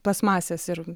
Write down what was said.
plastmasės ir